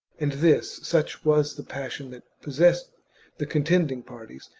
and this, such was the passion that possessed the contending parties,